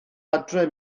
adre